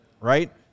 Right